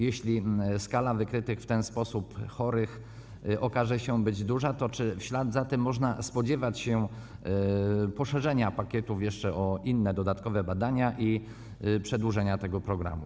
Jeśli skala wykrytych w ten sposób chorych okaże się duża, to czy w ślad za tym można spodziewać się poszerzenia pakietów jeszcze o inne dodatkowe badania i przedłużenia tego programu?